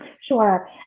Sure